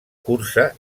cursa